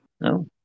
No